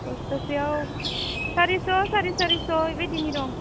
बस्थासेयाव सारिस' साराय सारिस' ए बादिनि दं